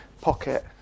Pocket